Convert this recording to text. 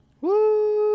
Woo